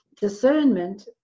discernment